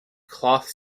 cloth